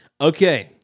Okay